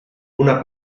una